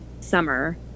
summer